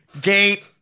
Gate